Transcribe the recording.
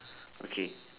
okay